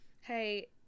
hey